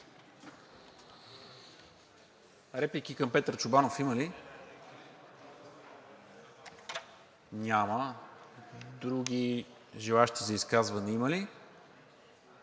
Реплики към Петър Чобанов има ли? Няма. Други желаещи за изказване има ли?